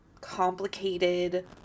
complicated